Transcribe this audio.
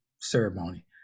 ceremony